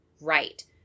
right